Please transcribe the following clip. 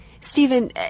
Stephen